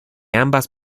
ambas